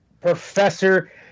professor